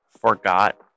forgot